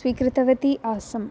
स्वीकृतवती आसम्